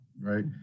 right